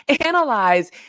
analyze